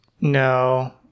No